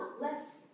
less